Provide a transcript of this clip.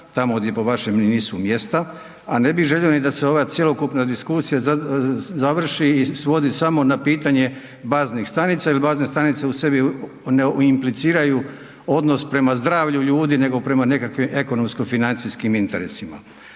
tamo gdje po vašem ni nisu mjesta, a ne bih želio ni da se ova cjelokupna diskusija završi i svodi samo na pitanje baznih stanica jer bazne stanice u sebi ne impliciraju odnos prema zdravlju ljudi, nego prema nekakvim ekonomsko-financijskim interesima.